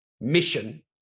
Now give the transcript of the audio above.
mission